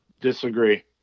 Disagree